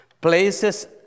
places